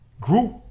group